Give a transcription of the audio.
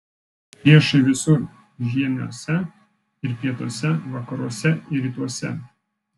priešai visur žiemiuose ir pietuose vakaruose ir rytuose